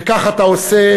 וכך אתה עושה